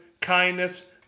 kindness